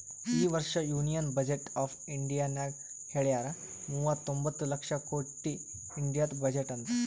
ಈ ವರ್ಷ union budget of ಇಂಡಿಯಾನಾಗ್ ಹೆಳ್ಯಾರ್ ಮೂವತೊಂಬತ್ತ ಲಕ್ಷ ಕೊಟ್ಟಿ ಇಂಡಿಯಾದು ಬಜೆಟ್ ಅಂತ್